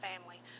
family